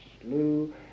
slew